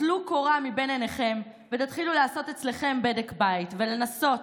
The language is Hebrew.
טלו קורה מבין עיניכם ותתחילו לעשות אצלכם בדק בית ולנסות,